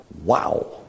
Wow